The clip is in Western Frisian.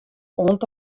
oant